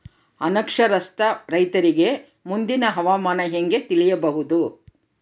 ಅನಕ್ಷರಸ್ಥ ರೈತರಿಗೆ ಮುಂದಿನ ಹವಾಮಾನ ಹೆಂಗೆ ತಿಳಿಯಬಹುದು?